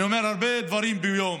אני אומר הרבה דברים ביום,